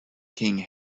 king